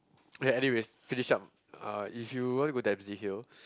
okay anyways finish up uh if you want to go Dempsey-Hill